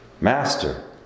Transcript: Master